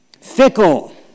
fickle